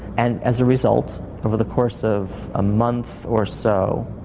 and as a result over the course of a month or so,